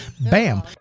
Bam